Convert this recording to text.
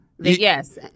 Yes